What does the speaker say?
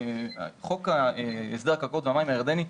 חוק הסדר הקרקעות והמים הירדני,